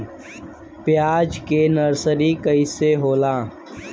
प्याज के नर्सरी कइसे होला?